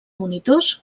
monitors